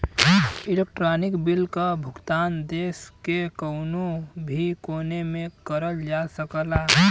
electronic bill क भुगतान देश के कउनो भी कोने से करल जा सकला